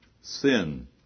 Sin